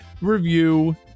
review